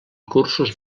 cursos